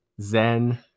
zen